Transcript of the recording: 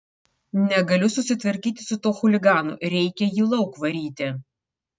negaliu susitvarkyti su tuo chuliganu reikia jį lauk varyti